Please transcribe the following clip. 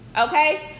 okay